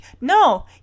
No